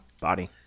body